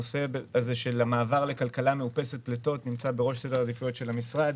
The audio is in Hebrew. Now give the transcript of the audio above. נושא המעבר לכלכלה מאופסת פליטות נמצא בראש סדר העדיפויות של המשרד.